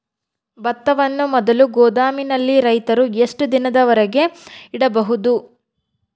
ಭತ್ತವನ್ನು ಮೊದಲು ಗೋದಾಮಿನಲ್ಲಿ ರೈತರು ಎಷ್ಟು ದಿನದವರೆಗೆ ಇಡಬಹುದು?